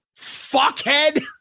Fuckhead